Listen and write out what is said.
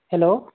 hello